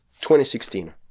2016